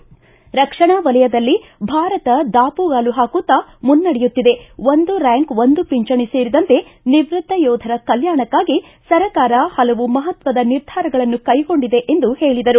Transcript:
ರಕ್ಷಣಾ ವಲಯದಲ್ಲಿ ಭಾರತ ದಾಪುಗಾಲು ಹಾಕುತ್ತಾ ಮುನ್ನೆಡೆಯುತ್ತಿದೆ ಒಂದು ರ್ಡಾಂಕ್ ಒಂದು ಪಿಂಚಣಿ ಸೇರಿದಂತೆ ನಿವ್ವತ್ತ ಯೋಧರ ಕಲ್ನಾಣಕಾಗಿ ಸರ್ಕಾರ ಹಲವು ಮಹತ್ವದ ನಿರ್ಧಾರಗಳನ್ನು ಕೈಗೊಂಡಿದೆ ಎಂದು ಹೇಳಿದರು